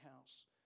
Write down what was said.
house